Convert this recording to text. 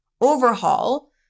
overhaul